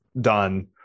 done